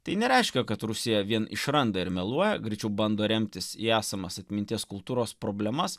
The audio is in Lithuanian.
tai nereiškia kad rusija vien išranda ir meluoja greičiau bando remtis į esamas atminties kultūros problemas